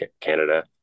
canada